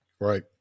Right